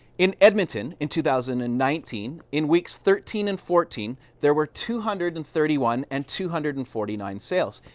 in edmonton, in two thousand and nineteen, in weeks thirteen and fourteen, there were two hundred and thirty one and two hundred and forty nine sales.